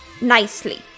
nicely